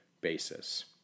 basis